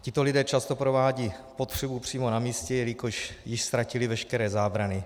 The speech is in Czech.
Tito lidé často provádějí potřebu přímo na místě, jelikož již ztratili veškeré zábrany.